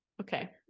okay